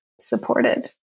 supported